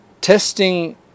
Testing